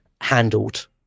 handled